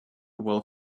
will